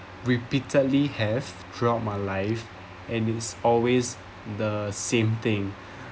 repeatedly have throughout my life and it's always the same thing